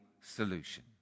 solution